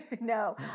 no